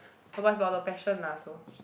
ah but it's about the passion lah so